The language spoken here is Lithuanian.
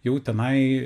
jau tenai